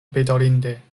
bedaŭrinde